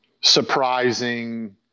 surprising